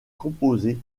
composer